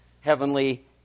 Heavenly